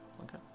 okay